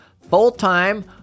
full-time